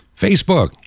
Facebook